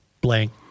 Blank